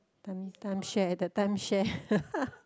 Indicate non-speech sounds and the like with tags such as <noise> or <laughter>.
time time share the time share <laughs>